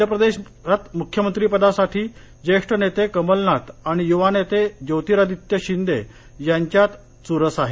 मध्यप्रदेशात मुख्यमंत्रीपदासाठी ज्येष्ठ नेते कमलनाथ आणि युवानेते ज्योतिरादित्य शिंदे यांच्यात नेतेपदासाठी चूरस आहे